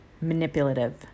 manipulative